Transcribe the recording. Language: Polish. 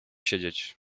siedzieć